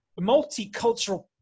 Multicultural